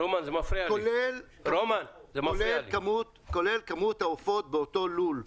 כולל כמות העופות באותו לול.